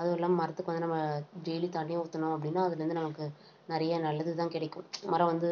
அதுவும் இல்லாமல் மரத்துக்கு வந்து நம்ம டெய்லி தண்ணி ஊற்றினோம் அப்படின்னா அதுலேருந்து நமக்கு நிறைய நல்லதுதான் கிடைக்கும் மரம் வந்து